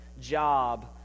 job